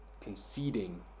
conceding